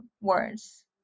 words